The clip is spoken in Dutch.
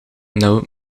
nauw